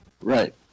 Right